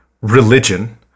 religion